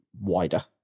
wider